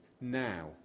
now